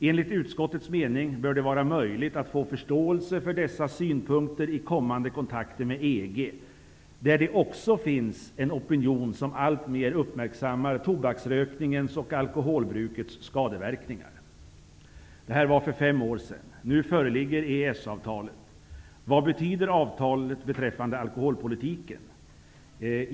Enligt utskottets mening bör det vara möjligt att få förståelse för dessa synpunkter i kommande kontakter med EG, där det också finns en opinion som alltmer uppmärksammar tobaksrökningens och alkoholbrukets skadeverkningar. Det här var för fem år sedan. Nu föreligger EES avtalet. Vad betyder avtalet beträffande alkoholpolitiken?